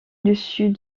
dessus